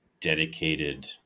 dedicated